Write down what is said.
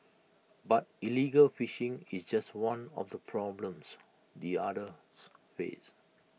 but illegal fishing is just one of the problems the otters face